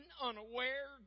unaware